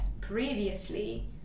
previously